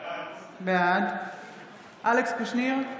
בעד אלכס קושניר,